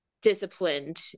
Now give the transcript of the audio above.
disciplined